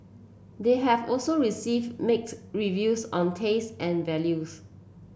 they have also receive mixed reviews on taste and values